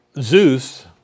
Zeus